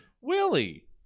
Willie